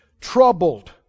troubled